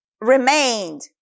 remained